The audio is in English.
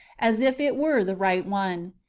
as if it were the right one,